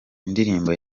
indirimbo